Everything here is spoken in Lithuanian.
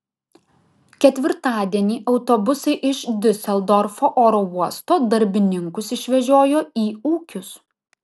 ketvirtadienį autobusai iš diuseldorfo oro uosto darbininkus išvežiojo į ūkius